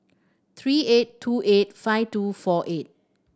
three eight two eight five two four eight